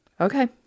Okay